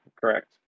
correct